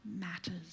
matters